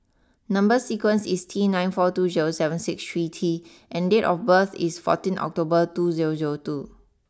number sequence is T nine four two zero seven six three T and date of birth is fourteen October two zero zero two